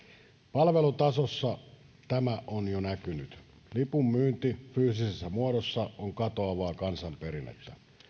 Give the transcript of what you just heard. palvelutasossa tämä lipunmyynti fyysisessä muodossa on katoavaa kansanperinnettä